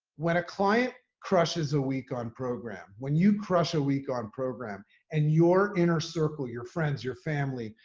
when a client crushes a week on program, when you crush a week on program and your inner circle, your friends, your family,